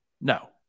No